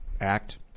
act